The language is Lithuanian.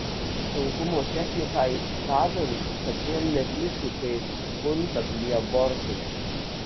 saugumo techniką įsisavint kad vėl netįstų kaip kuntaplį abortui